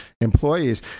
employees